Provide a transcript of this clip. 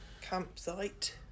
Campsite